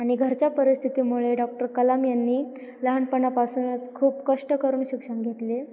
आणि घरच्या परिस्थितीमुळे डॉक्टर कलाम यांनी लहानपणापासूनच खूप कष्ट करून शिक्षण घेतले